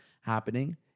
happening